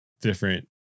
different